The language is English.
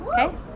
okay